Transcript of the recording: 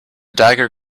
dagger